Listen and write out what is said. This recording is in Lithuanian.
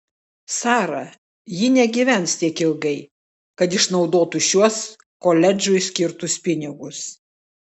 sara ji negyvens tiek ilgai kad išnaudotų šiuos koledžui skirtus pinigus